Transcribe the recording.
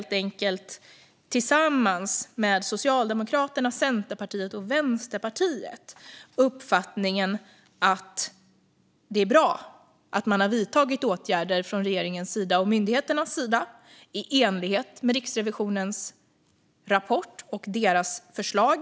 Tillsammans med Socialdemokraterna, Centerpartiet och Vänsterpartiet har vi helt enkelt uppfattningen att det är bra att man från regeringens och myndigheternas sida har vidtagit åtgärder i enlighet med Riksrevisionens rapport och deras förslag.